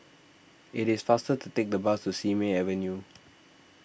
it is faster to take the bus to Simei Avenue